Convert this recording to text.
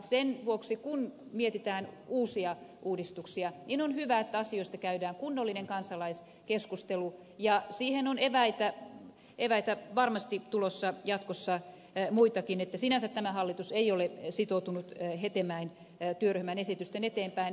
sen vuoksi kun mietitään uusia uudistuksia on hyvä että asioista käydään kunnollinen kansalaiskeskustelu ja siihen on eväitä varmasti tulossa jatkossa muitakin sinänsä tämä hallitus ei ole sitoutunut hetemäen työryhmän esitysten eteenpäinviemiseen